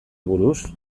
buruz